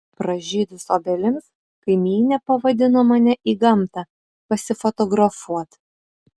pražydus obelims kaimynė pavadino mane į gamtą pasifotografuot